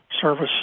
service